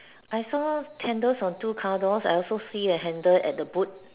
I saw candles on two car door I also see a handle at the boot